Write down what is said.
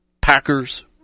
Packers